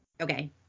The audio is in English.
Okay